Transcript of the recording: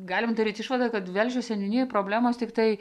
galime daryti išvadą kad velžio seniūnijoje problemos tiktai